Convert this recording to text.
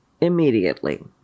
immediately